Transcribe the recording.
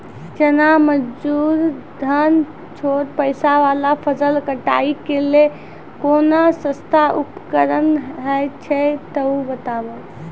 चना, मसूर सन छोट पौधा वाला फसल कटाई के लेल कूनू सस्ता उपकरण हे छै तऽ बताऊ?